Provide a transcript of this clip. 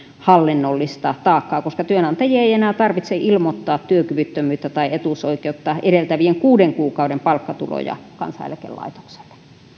hallinnollista taakkaa koska työnantajien ei enää tarvitse ilmoittaa työkyvyttömyyttä tai etuusoikeutta edeltävien kuuden kuukauden palkkatuloja kansaneläkelaitokselle